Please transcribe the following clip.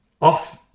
off